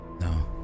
No